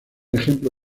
ejemplo